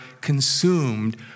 consumed